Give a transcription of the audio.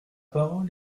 parole